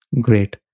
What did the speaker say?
Great